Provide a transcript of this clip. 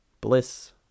bliss